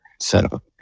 setup